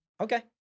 Okay